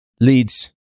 leads